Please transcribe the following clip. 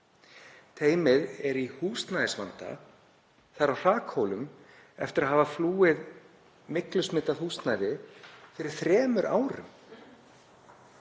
Teymið er í húsnæðisvanda, það er á hrakhólum eftir að hafa flúið myglusmitað húsnæði fyrir þremur árum.